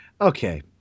Okay